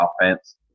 offense